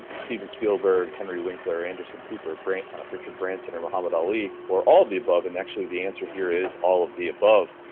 steven spielberg, henry winkler, anderson cooper, richard branson, or muhammad ali or all of the above and actually the answer here is all of the above.